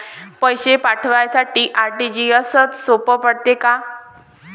पैसे पाठवासाठी आर.टी.जी.एसचं सोप पडते का?